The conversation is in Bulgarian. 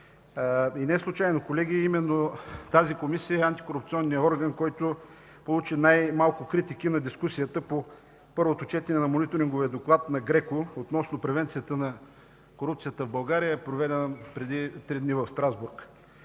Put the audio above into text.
Неслучайно, колеги, именно тази Комисия е антикорупционният орган, който получи най-малко критики на дискусията по първото четене на Мониторинговия доклад на ГРЕКО относно превенцията на корупцията в България, проведена преди три дни в Страсбург.